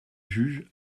juge